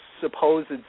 supposed